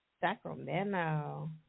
Sacramento